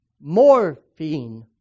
Morphine